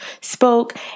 spoke